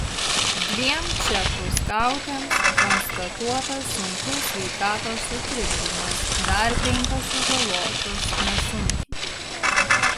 dviem čekų skautėms konstatuotas sunkus sveikatos sutrikdymas dar penkios sužalotos nesunkiai